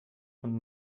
und